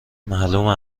معلومه